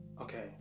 okay